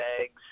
eggs